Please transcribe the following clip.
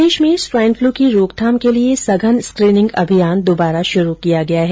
प्रदेश में swine flu की रोकथाम के लिए संघन स्क्रीनिंग अभियान दुबारा शुरू किया गया है